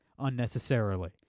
unnecessarily